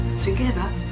Together